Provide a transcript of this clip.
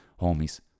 Homies